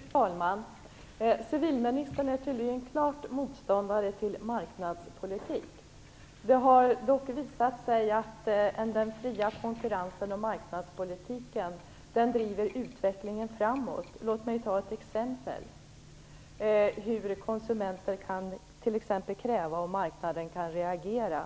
Fru talman! Civilministern är tydligen en klar motståndare till marknadspolitik. Det har dock visat sig att den fria konkurrensen och marknadspolitiken driver utvecklingen framåt. Låt mig ta ett exempel på vilka krav konsumenter kan ställa och hur marknaden kan reagera,